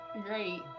Great